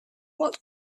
what